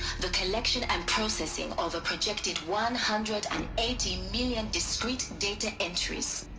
the collection and processing of a projected one hundred and eighty million discreet data entries.